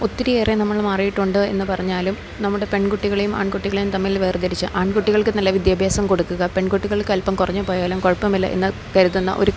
ഒത്തിരിയേറെ നമ്മള് മാറിയിട്ടുണ്ട് എന്ന് പറഞ്ഞാലും നമ്മുടെ പെൺകുട്ടികളേയും ആൺകുട്ടികളേയും തമ്മിൽ വേർതിരിച്ച് ആൺകുട്ടികൾക്ക് നല്ല വിദ്യാഭ്യാസം കൊടുക്കുക പെൺകുട്ടികൾക്കൽപ്പം കുറഞ്ഞ് പോയാലും കുഴപ്പമില്ല എന്ന് കരുതുന്ന ഒരു